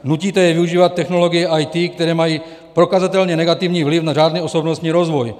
Nutíte je využívat technologie IT, které mají prokazatelně negativní vliv na řádný osobnostní rozvoj.